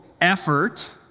effort